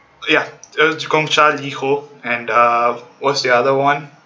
ya Gong Cha and LiHo and uh what's the other one